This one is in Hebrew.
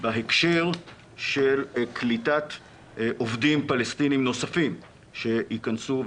בהקשר של קליטת עובדים פלסטינים נוספים שייכנסו,